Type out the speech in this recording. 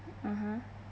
(uh huh)